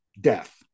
death